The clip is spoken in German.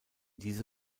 diese